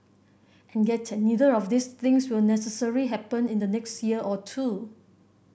and yet neither of these things will necessary happen in the next year or two